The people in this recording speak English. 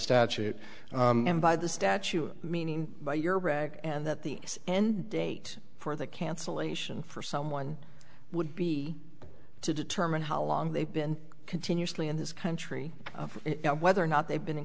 statute and by the statute meaning by your record and that the end date for the cancellation for someone would be to determine how long they've been continuously in this country of whether or not they've been